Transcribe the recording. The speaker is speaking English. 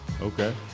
Okay